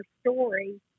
story